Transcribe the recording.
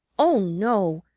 oh, no,